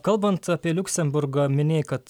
kalbant apie liuksemburgą minėjai kad